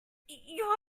you